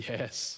Yes